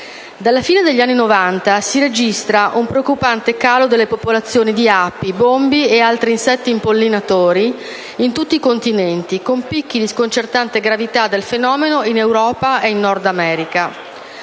dalla fine degli anni Novanta si registra un preoccupante calo delle popolazioni di api, bombi e altri insetti impollinatori in tutti i continenti, con picchi di sconcertante gravità del fenomeno in Europa e Nord America.